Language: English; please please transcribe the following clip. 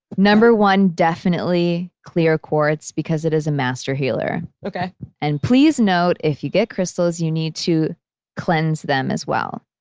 number one definitely clear quartz because it is a master healer. and please note if you get crystals you need to cleanse them as well.